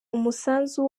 umusanzu